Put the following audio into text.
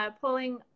pulling